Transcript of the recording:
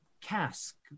cask